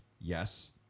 yes